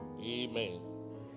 Amen